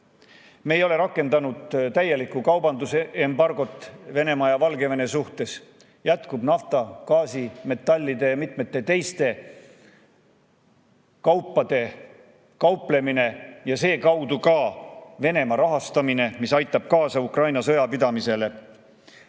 Me ei ole rakendanud täielikku kaubandusembargot Venemaa ja Valgevene suhtes. Jätkub nafta, gaasi, metallide ja mitmete teiste kaupadega kauplemine ja selle kaudu ka Venemaa rahastamine, mis aitab kaasa Ukrainaga sõja pidamisele. Meil